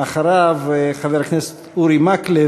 אחריו, חבר הכנסת אורי מקלב,